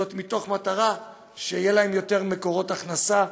וזאת במטרה שיהיו להם יותר מקורות הכנסה.